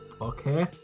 okay